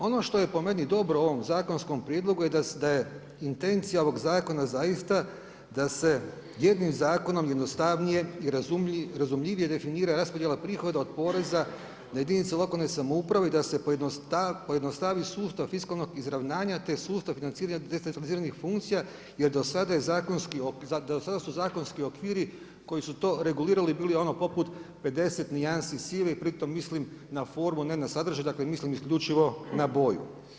Ono što je po meni dobro u ovom zakonskom prijedlogu je da je intencija ovoga zakona zaista da se jednim zakonom jednostavnije i razumljivije definira raspodjela prihoda od poreza na jedinice lokalne samouprave i da se pojednostavi sustav fiskalnog izravnanja te sustav financiranja decentralizirani funkcija jer do sada su zakonski okviri koji su to regulirali bili ono poput 50 nijanse sive i pri tome mislim na formu a ne na sadržaj, dakle mislim isključivo na boju.